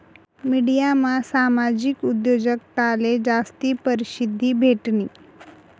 मिडियामा सामाजिक उद्योजकताले जास्ती परशिद्धी भेटनी